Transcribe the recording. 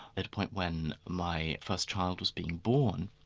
at a point when my first child was being born,